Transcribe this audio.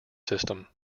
system